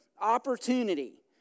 opportunity